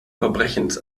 verbrechens